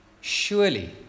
Surely